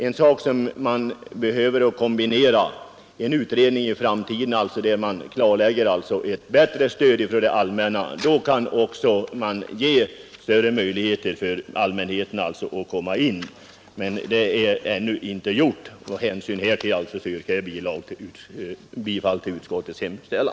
En framtida utredning bör klarlägga hur allmänheten skall ges bättre möjligheter att få använda dessa skogsbilvägar. Med detta, herr talman, ber jag att få yrka bifall till utskottets hemställan.